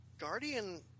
Guardian